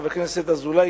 חבר הכנסת אזולאי,